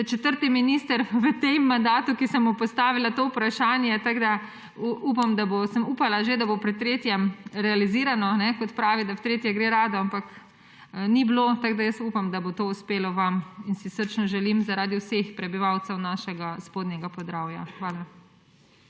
Ste četrti minister v tem mandatu, ki sem mu postavila to vprašanje, upala sem, da bo že pri tretjem realizirano, ker pravijo, da v tretje gre rado, ampak ni bilo. Tako da jaz upam, da bo to uspelo vam, in si to srčno želim zaradi vseh prebivalcev našega Spodnjega Podravja. Hvala.